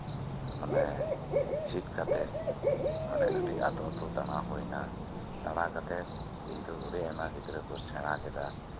ᱢᱟᱱᱮ ᱪᱮᱫ ᱠᱟᱛᱮᱫ ᱢᱟᱱᱮ ᱟᱹᱰᱤ ᱟᱹᱛᱩ ᱟᱹᱛᱩ ᱫᱟᱬᱟ ᱦᱩᱭ ᱮᱱᱟ ᱫᱟᱬᱟ ᱠᱟᱛᱮᱫ ᱟᱹᱰᱤ ᱟᱭᱢᱟ ᱜᱤᱫᱽᱨᱟᱹ ᱠᱚ ᱥᱮᱲᱟ ᱠᱮᱫᱟ